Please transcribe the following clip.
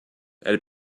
elle